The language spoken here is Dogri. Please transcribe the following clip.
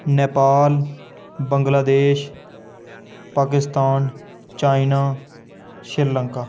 नेपाल बंगलादेश पाकिस्तान चाईना श्रीलंका